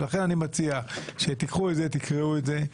אני מציע שתקרעו את זה,